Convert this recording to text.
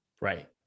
Right